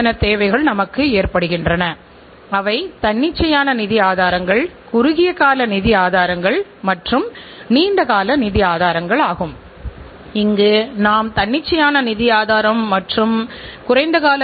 தரத்தின் கட்டுப்பாடு என்பது நிறுவனத்தின் செயல்பாட்டு செயல்திறனை மேம்படுத்துவதில் மிக முக்கியமான அம்சமாகும் இது உங்கள் தயாரிப்பை நல்ல தரமான பொருளாக உருவாக்குகிறது